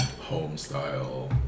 home-style